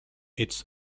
its